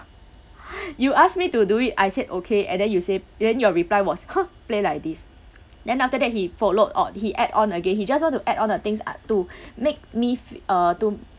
you ask me to do it I said okay and then you say then your reply was !huh! play like this then after that he followed o~ he add on again he just want to add on the things uh to make me fe~ uh to